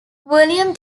william